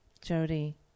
Jody